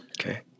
Okay